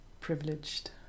privileged